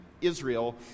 Israel